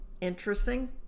Interesting